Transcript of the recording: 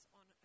on